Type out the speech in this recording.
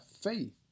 faith